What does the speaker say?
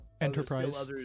enterprise